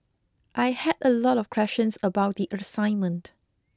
I had a lot of questions about the assignment